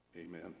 Amen